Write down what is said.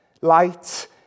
light